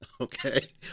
Okay